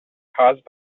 caused